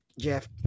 jeff